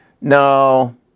no